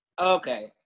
Okay